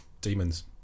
demons